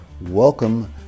Welcome